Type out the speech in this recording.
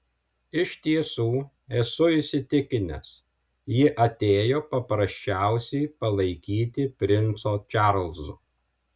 iš tiesų esu įsitikinęs ji atėjo paprasčiausiai palaikyti princo čarlzo